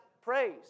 Praise